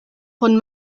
von